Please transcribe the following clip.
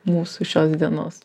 mūsų šios dienos